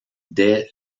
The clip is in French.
dès